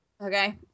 Okay